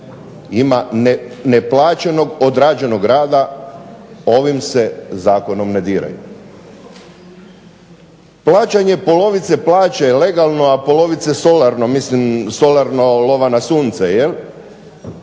ima neplaćenog odrađenog rada, ovim se zakonom ne diraju. Plaćanje polovice plaće legalno a polovicu solarno, mislim solarno lova na sunce, ovim